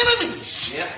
enemies